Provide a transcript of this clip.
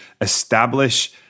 establish